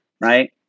right